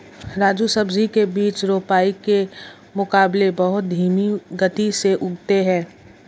राजू सब्जी के बीज रोपाई के मुकाबले बहुत धीमी गति से उगते हैं